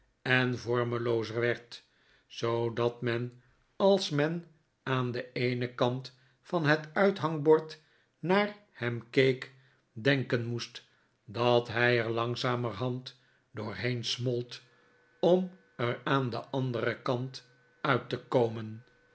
en vormloozer werd zoodat men als men aan den eenen kant van het uithangbord naar hem keek denken moest dat hij er langzamerhand doorheen smolt om er aan den anderen kant uit te komen